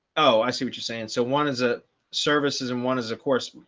oh, i see what you're saying. so one, is it services? and one is of course,